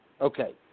Okay